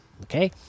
Okay